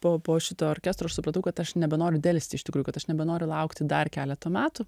po po šito orkestro aš supratau kad aš nebenoriu delsti iš tikrųjų kad aš nebenoriu laukti dar keleto metų